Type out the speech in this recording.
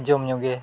ᱡᱚᱢ ᱧᱩᱜᱮ